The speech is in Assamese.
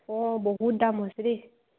অঁ বহুত দাম হৈছে দেই